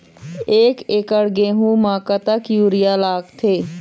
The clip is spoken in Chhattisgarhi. एक एकड़ गेहूं म कतक यूरिया लागथे?